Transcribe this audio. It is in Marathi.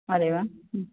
अरे वा